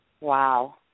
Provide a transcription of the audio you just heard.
Wow